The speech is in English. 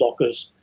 blockers